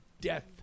death